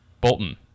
Bolton